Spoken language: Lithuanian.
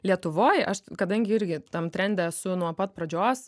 lietuvoj aš kadangi irgi tam trende esu nuo pat pradžios